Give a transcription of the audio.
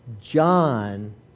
John